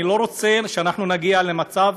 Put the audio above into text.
אני לא רוצה שאנחנו נגיע למצב,